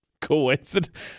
Coincidence